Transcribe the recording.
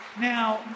now